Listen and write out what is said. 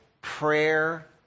prayer